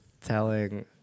telling